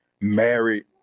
married